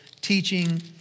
teaching